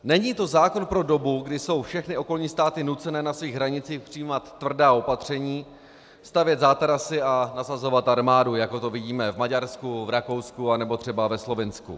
Není to zákon pro dobu, kdy jsou všechny okolní státy nuceny na svých hranicích přijímat tvrdá opatření, stavět zátarasy a nasazovat armádu, jako to vidíme v Maďarsku, v Rakousku anebo třeba ve Slovinsku.